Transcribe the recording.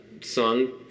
song